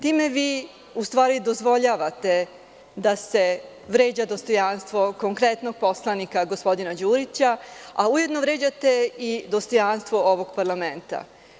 Time vi, u stvari dozvoljavate da se vređa dostojanstvo konkretnog poslanika gospodina Đurića, a ujedno vređate i dostojanstvo ovog parlamenta.